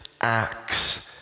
acts